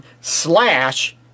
slash